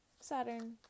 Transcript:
Saturn